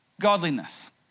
godliness